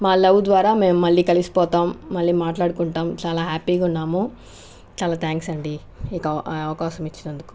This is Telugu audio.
మా లవ్ ద్వారా మేము మళ్ళీ కలిసిపోతాం మళ్ళీ మాట్లాడుకుంటాం చాలా హ్యాప్పీగా ఉన్నాము చాలా థ్యాంక్స్ అండి ఇక అవకాశం ఇచ్చినందుకు